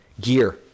Gear